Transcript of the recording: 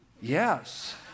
Yes